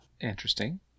Interesting